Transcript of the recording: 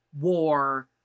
war